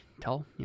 tell